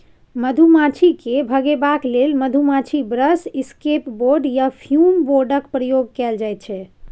मधुमाछी केँ भगेबाक लेल मधुमाछी ब्रश, इसकैप बोर्ड आ फ्युम बोर्डक प्रयोग कएल जाइत छै